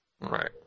right